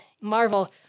Marvel